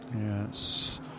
Yes